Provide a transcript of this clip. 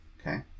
Okay